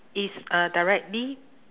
it's uh directly